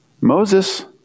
Moses